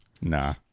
Nah